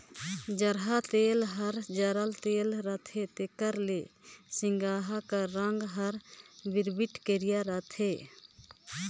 जरहा तेल हर जरल तेल रहथे तेकर ले सिगहा कर रग हर बिरबिट करिया रहथे